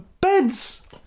Beds